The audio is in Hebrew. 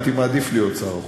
הייתי מעדיף להיות שר החוץ.